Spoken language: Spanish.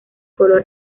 color